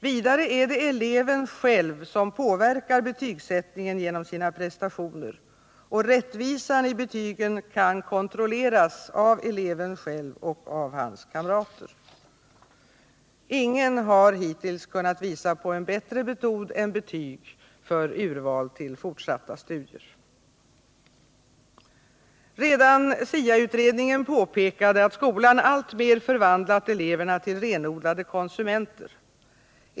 Vidare är det eleven själv som påverkar betygsättningen genom sina prestationer, och rättvisan i betygen kan kontrolleras av eleven själv och av hans kamrater. Ingen har hittills kunnat visa på en bättre metod än betyg för urval till fortsatta studier. Redan SIA-utredningen påpekade att skolan alltmer förvandlat eleverna till renodlade konsumenter.